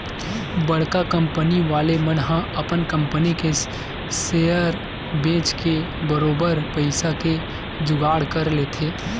बड़का कंपनी वाले मन ह अपन कंपनी के सेयर बेंच के बरोबर पइसा के जुगाड़ कर लेथे